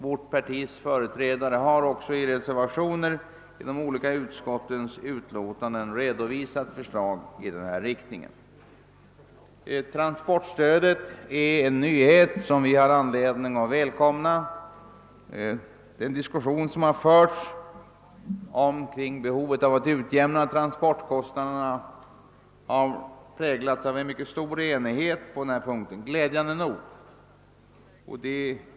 Vårt partis företrädare har i reservationer vid de olika utlåtanden som nu behandlas redovisat förslag i denna riktning. Transportstödet är en nyhet som vi har anledning att välkomna. Den diskussion som förts om behovet av att ut jämna transportkostnaderna har glädjande nog präglats av mycket stor enighet.